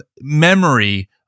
memory